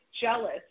jealous